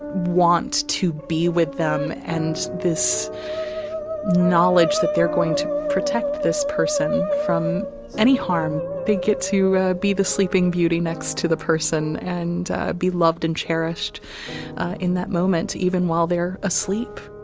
want to be with them and this knowledge that they're going to protect this person from any harm they get to be the sleeping beauty next to the person and be loved and cherished in that moment even while they're asleep